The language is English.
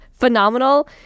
phenomenal